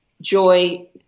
joy